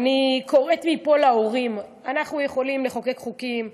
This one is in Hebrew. אני קוראת מפה להורים: אנחנו יכולים לחוקק חוקים,